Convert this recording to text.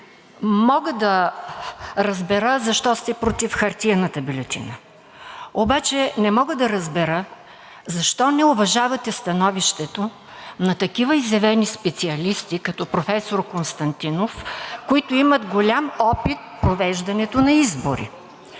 Мога да разбера защо сте против хартиената бюлетина, обаче не мога да разбера защо не уважавате становището на такива изявени специалисти като професор Константинов, които имат голям опит в провеждането на избори.